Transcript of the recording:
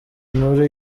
inkuru